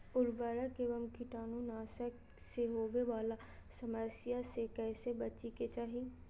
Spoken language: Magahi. उर्वरक एवं कीटाणु नाशक से होवे वाला समस्या से कैसै बची के चाहि?